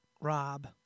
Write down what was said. Rob